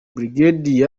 brig